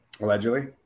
Allegedly